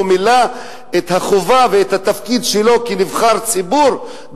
מילא את החובה ואת התפקיד שלו כנבחר ציבור,